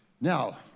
Now